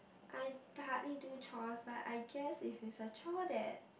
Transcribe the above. I hardly do chores but I guess if it's a chore that